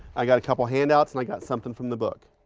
i got a couple handouts and i got something from the book.